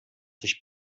sich